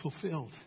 fulfilled